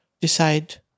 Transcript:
decide